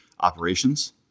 operations